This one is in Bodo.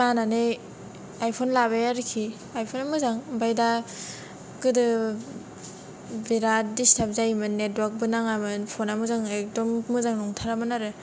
बानानै आइफन लाबाय आरोखि आइफना मोजां आमफाय दा गोदो बेराद दिसथाब जायोमोन नेथवार्टकबो नाङामोन फना मोजाङै एकदम मोजां नंथारामोन आरो